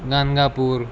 Ganagapur